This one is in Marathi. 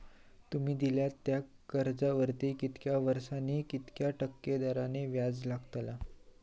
तुमि दिल्यात त्या कर्जावरती कितक्या वर्सानी कितक्या टक्के दराने व्याज लागतला?